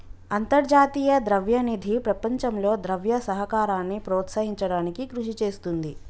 అంతర్జాతీయ ద్రవ్య నిధి ప్రపంచంలో ద్రవ్య సహకారాన్ని ప్రోత్సహించడానికి కృషి చేస్తుంది